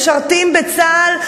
משרתים בצה"ל,